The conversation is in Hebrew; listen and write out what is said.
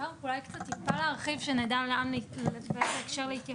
אפשר אולי קצת טיפה להרחיב שנדע באיזה הקשר להתייחס?